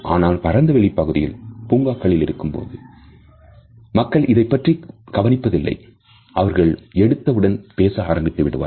ஆனால் பரந்தவெளி பகுதிகளில் பூங்கா போன்ற இடங்களில் மக்கள் இதைப் பற்றி கவனிப்பதில்லை அவர்கள் எடுத்த உடன் பேச ஆரம்பித்து விடுவார்கள்